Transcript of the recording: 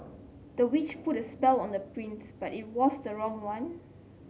the witch put a spell on the prince but it was the wrong one